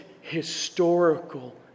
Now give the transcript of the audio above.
historical